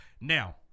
Now